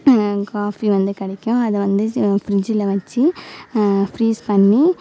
coffee வந்து கிடைக்கும் அதை வந்து ப்ரிட்ஜில் வச்சு ஃப்ரீஸ் பண்ணி